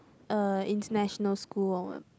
a international school or